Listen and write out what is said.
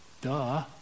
Duh